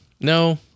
No